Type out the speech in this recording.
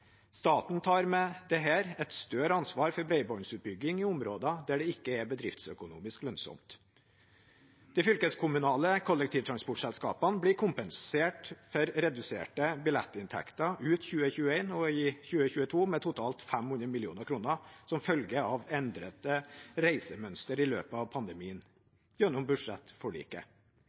Staten tar med dette et større ansvar for bredbåndsutbygging i områder der det ikke er bedriftsøkonomisk lønnsomt. De fylkeskommunale kollektivtransportselskapene blir kompensert for reduserte billettinntekter ut 2021 og i 2022 med totalt 500 mill. kr som følge av endrede reisemønstre i løpet av pandemien, gjennom budsjettforliket.